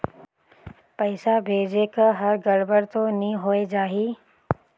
पइसा भेजेक हर गड़बड़ तो नि होए जाही?